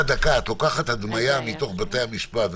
את לוקחת הדמיה מתוך בתי המשפט,